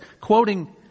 Quoting